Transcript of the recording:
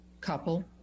couple